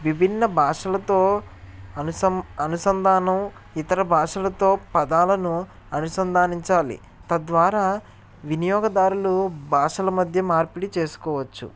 విభిన్న భాషలతో అనుసం అనుసంధానం ఇతర భాషలతో పదాలను అనుసంధానించాలి తద్వారా వినియోగదారులు భాషల మధ్య మార్పిడి చేసుకోవచ్చు